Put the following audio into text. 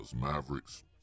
Mavericks